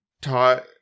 taught